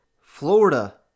Florida